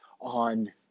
on